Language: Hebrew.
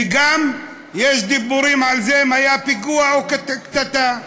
וגם יש דיבורים על זה, אם היה פיגוע או קטטה.